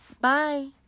Bye